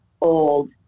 old